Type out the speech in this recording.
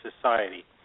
society